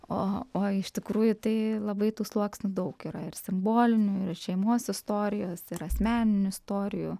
o o iš tikrųjų tai labai tų sluoksnių daug yra ir simbolinių ir šeimos istorijos ir asmeninių istorijų